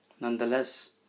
Nonetheless